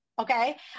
Okay